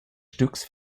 stücks